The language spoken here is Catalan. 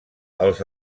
els